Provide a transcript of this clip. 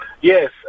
Yes